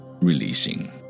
releasing